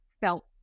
felt